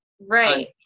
right